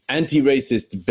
anti-racist